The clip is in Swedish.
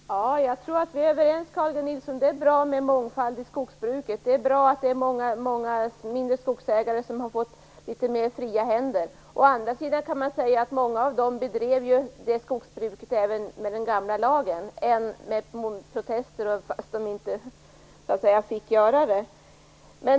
Fru talman! Jag tror att Carl G Nilsson och jag är överens om att det är bra med mångfald i skogsbruket. Det är bra att många mindre skogsägare har fått litet mer fria händer. Å andra sidan kan man säga att många av dessa bedrev ett sådant skogsbruk även med den gamla lagen, även om de faktiskt inte fick göra det.